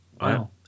Wow